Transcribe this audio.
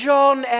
John